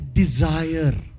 desire